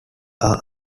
are